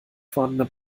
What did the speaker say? vorhandene